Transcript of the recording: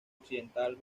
occidental